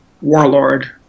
warlord